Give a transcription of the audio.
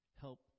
help